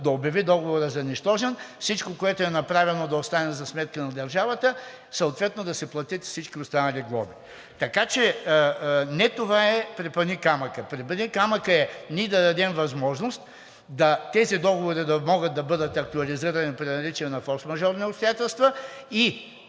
да обяви договора за нищожен и всичко, което е направено, да остане за сметка на държавата. Съответно да се платят и всички останали глоби, така че не това е препъникамъкът. Препъникамъкът е ние да дадем възможност тези договори да могат да бъдат актуализирани при наличие на форсмажорни обстоятелства и